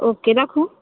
okay रखूँ